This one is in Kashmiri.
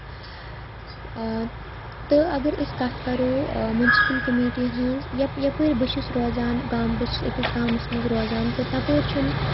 تہٕ اَگر أسۍ کَتھ کَرو مُوٚنسپُل کٔمیٖٹی ہِنز یہ یَپٲرۍ بہٕ چھس روزان گام بہٕ چھس أکِسس گامَس منٛز روزان تہٕ تَپٲرۍ چھُنہٕ